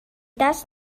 das